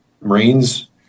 Marines